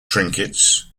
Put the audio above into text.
trinkets